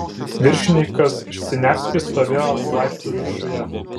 viršininkas siniavskis stovėjo laiptų viršuje